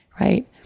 Right